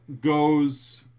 goes